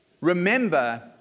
remember